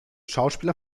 schauspieler